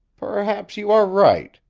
perhaps you are right,